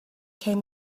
came